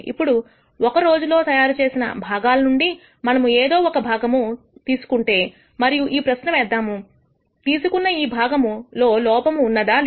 ఇప్పుడు ఒక రోజులో తయారుచేసిన భాగాల నుండి మనము ఏదో ఒక భాగము చేసుకుందాము మరియు ఈ ప్రశ్న వేద్దాం అది తీసుకున్న ఈ భాగము లోపము ఉన్నదా